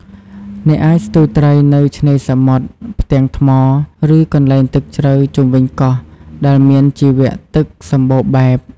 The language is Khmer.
អ្នកអាចស្ទូចត្រីនៅឆ្នេរសមុទ្រ ផ្ទាំងថ្ម ឬកន្លែងទឹកជ្រៅជុំវិញកោះ ដែលមានជីវៈទឹកសម្បូរបែប។